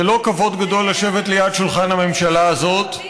זה לא כבוד גדול לשבת ליד שולחן הממשלה הזאת.